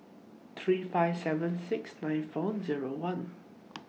three five seven six nine four Zero one